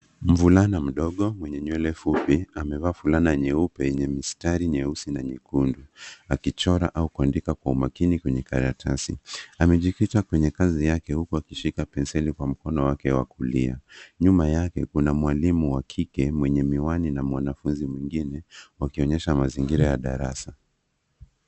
Mvulana mdogo mwenye nywele fupi amevaa fulana nyeupe yenye mistari nyeusi na nyekundu akichora au akiandika kwa makini kwenye karatasi. Amejikita kwenye kazi yake huku akishika penseli kwa mkono wake wa kulia. Nyuma yake kuna mwalimu wa kike mwenye miwani na mwanafunzi mwingine wakionyesha mazingira ya darasa.